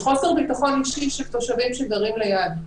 תופעות של חוסר ביטחון אישי של תושבים שגרים ליד.